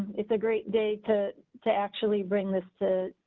it's a great day to to actually bring this to.